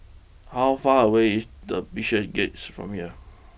how far away is the Bishopsgate's from here